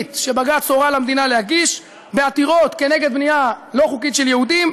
מקדמית שבג"ץ הורה למדינה להגיש בעתירות כנגד בנייה לא חוקית של יהודים,